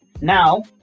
Now